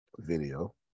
Video